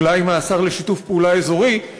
אולי מהשר לשיתוף פעולה אזורי,